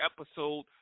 episode